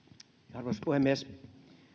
arvoisa puhemies